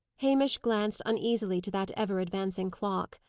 hamish glanced uneasily to that ever-advancing clock.